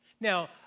Now